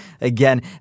again